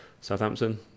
Southampton